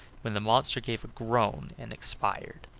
when the monster gave a groan and expired.